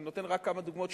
אני נותן רק כמה דוגמאות,